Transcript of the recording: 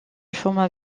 format